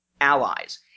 Allies